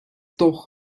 doch